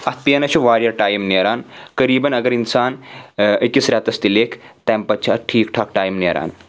اتھ پَیٚنَس چھ واریاہ ٹایِم نَیرَان قریٖبن اگر انسان أکِس رؠتس تہِ لَیکھِ تَمہِ پتہٕ چھِ اتھ ٹھیٖک ٹھاک ٹایم نَیرَان